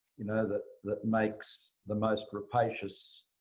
you know that that makes the most rapacious